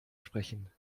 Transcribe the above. sprechen